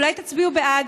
אולי תצביעו בעד,